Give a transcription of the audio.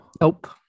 Nope